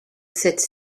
cette